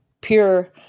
pure